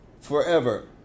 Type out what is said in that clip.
forever